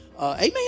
Amen